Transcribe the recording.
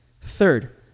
Third